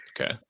Okay